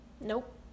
Nope